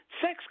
sex